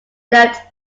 left